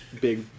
big